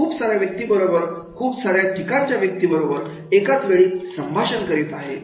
तो खूप साऱ्या व्यक्तीबरोबर खूप सार्या ठिकाणच्या व्यक्तीबरोबर एकाच वेळी संभाषण करीत आहे